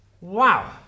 Wow